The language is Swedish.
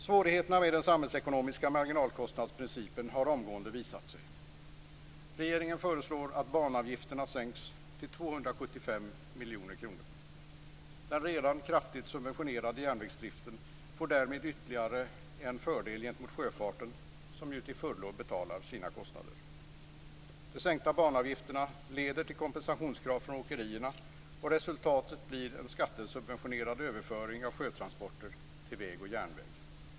Svårigheterna med den samhällsekonomiska marginalkostnadsprincipen har omgående visat sig. Regeringen föreslår att banavgifterna sänks till 275 miljoner kronor. Den redan kraftigt subventionerade järnvägsdriften får därmed ytterligare en fördel gentemot sjöfarten, som ju till fullo betalar sina kostnader. De sänkta banavgifterna leder till kompensationskrav från åkerierna, och resultatet blir en skattesubventionerad överföring av sjötransporter till väg och järnväg.